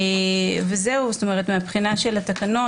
מבחינת התקנות,